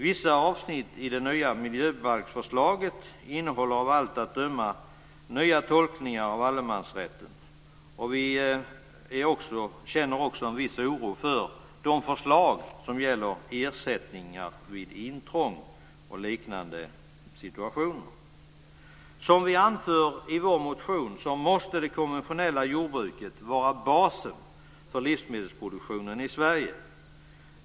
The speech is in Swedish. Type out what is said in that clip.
Vissa avsnitt i det nya miljöbalksförslaget innehåller av allt att döma nya tolkningar av allemansrätten, och vi känner också en viss oro för de förslag som gäller ersättningar vid intrång och i liknande situationer. Som vi anför i vår motion måste det konventionella jordbruket vara basen för livsmedelsproduktionen i Sverige.